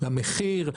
למחיר,